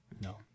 No